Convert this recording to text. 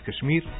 Kashmir